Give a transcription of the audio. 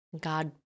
God